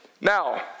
Now